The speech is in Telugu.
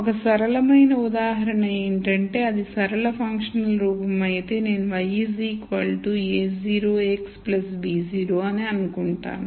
ఒక సరళమైన ఉదాహరణ ఏంటంటే అది సరళ ఫంక్షనల్ రూపం అయితే నేను y a₀ x b0 అని అనుకుంటాను